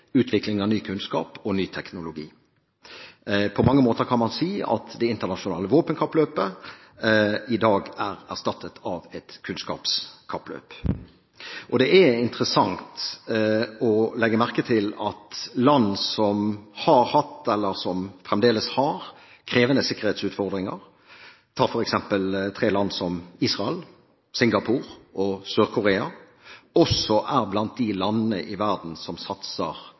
utvikling av ny kunnskap og ny teknologi. På mange måter kan man si at det internasjonale våpenkappløpet i dag er erstattet av et kunnskapskappløp. Og det er interessant å legge merke til at land som har hatt eller fremdeles har krevende sikkerhetsutfordringer, f.eks. tre land som Israel, Singapore og Sør-Korea, også er blant de landene i verden som satser